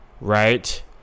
right